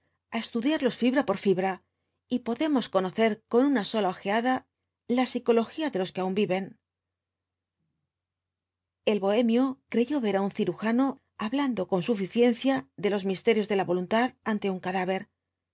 á estudiarlos fibra por fibra y podemos conocer con una sola ojeada la psicología de los que aun viven el bohemio creyó ver á un cirujano hablando con suficiencia de los misterios de la voluntad ante un cadáver